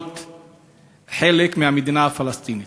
חלק מהמדינה הפלסטינית.